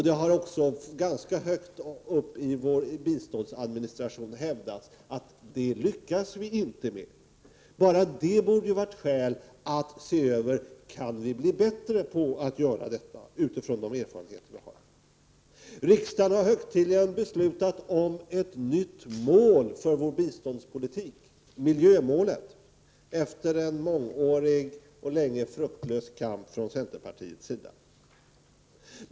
Det har också ganska högt uppe i vår biståndsadministration hävdats att vi inte lyckas med det. Bara det borde vara skäl att se över, om vi kan bli bättre på att göra detta utifrån de erfarenheter vi har. Riksdagen har högtidligen beslutat om ett nytt mål för vår biståndspolitik, nämligen miljömålet, efter en mångårig och länge fruktlös kamp från centerpartiet.